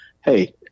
Hey